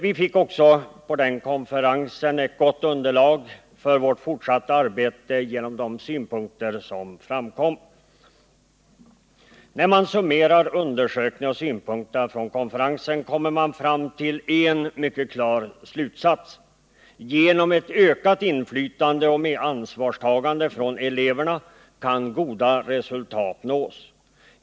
Vi fick också på den konferensen ett gott underlag för vårt fortsatta arbete genom de synpunkter som framkom. När man summerar undersökningen och synpunkterna från konferensen kommer man fram till en mycket klar slutsats: Genom ett ökat inflytande och med ansvarstagande från eleverna kan goda resultat nås.